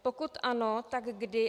Pokud ano, tak kdy?